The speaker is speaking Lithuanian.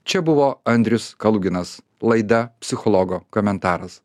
čia buvo andrius kaluginas laida psichologo komentaras